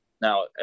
now